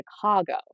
Chicago